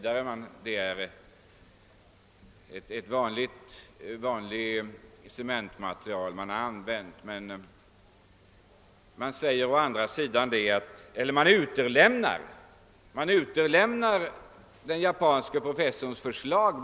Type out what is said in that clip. — det är ett vanligt cementmaterial som kommit till användning — men styrelsen utelämnar bl.a. den japanske professorns förslag.